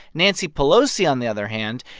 nancy pelosi, on the other hand,